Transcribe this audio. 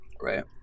Right